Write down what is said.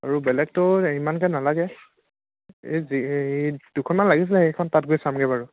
আৰু বেলেগতো ইমানকে নালাগে এই যি এই দুখনমান লাগিছে সেইখন তাত গৈ চামগৈ বাৰু